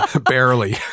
Barely